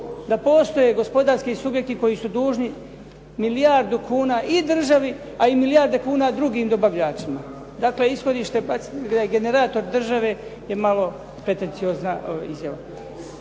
da postoji gospodarski subjekti koji su dužni milijardu kuna i državi a i milijarde kuna drugim dobavljačima. Dakle, ishodište …/Govornik se ne razumije./… države je malo pretenciozna izjava.